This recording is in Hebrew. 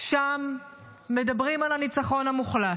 שם מדברים על הניצחון המוחלט.